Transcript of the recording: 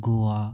Goa